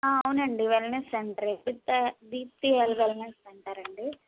అవునండి వెల్నెస్ సెంటరే దీప్తా దీప్తి వెల్ వెల్నెస్ సెంటర్ అండి